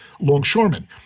longshoremen